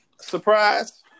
surprise